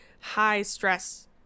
high-stress